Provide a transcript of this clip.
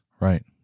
Right